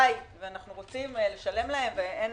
ואנו רוצים לשלם להם, אין